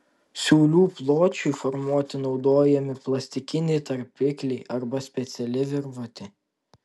siūlių pločiui formuoti naudojami plastikiniai tarpikliai arba speciali virvutė